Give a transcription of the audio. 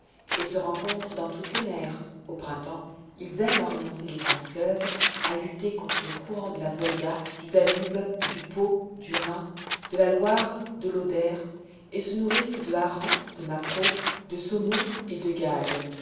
et se rencontrent dans toutes les mers au printemps ils aiment à remonter les grands fleuves à lutter contre les courants du volga du danube du pô du rhin de la loire de l'oder et se nourrissent de harengs de maquereaux de saumons et de gades